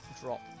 drop